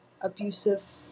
abusive